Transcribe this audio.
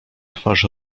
twarz